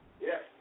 Yes